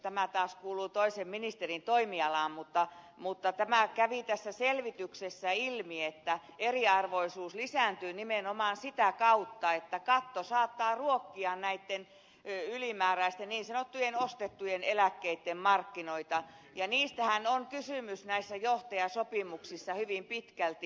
tämä taas kuuluu toisen ministerin toimialaan mutta tämä kävi tässä selvityksessä ilmi että eriarvoisuus lisääntyy nimenomaan sitä kautta että katto saattaa ruokkia näitten ylimääräisten niin sanottujen ostettujen eläkkeitten markkinoita ja niistähän on kysymys näissä johtajasopimuksissa hyvin pitkälti